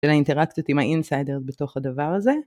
של האינטראקציות עם האינסיידר בתוך הדבר הזה